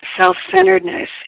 self-centeredness